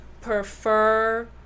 prefer